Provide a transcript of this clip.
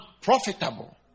profitable